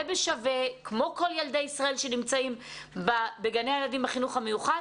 בשווה כמו כל ילדי ישראל שנמצאים בגני הילדים בחינוך המיוחד,